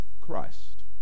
Christ